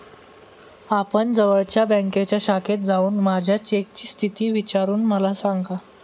आपण जवळच्या बँकेच्या शाखेत जाऊन माझ्या चेकची स्थिती विचारून मला सांगा